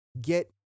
get